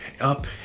up